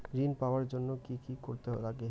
ঋণ পাওয়ার জন্য কি কি করতে লাগে?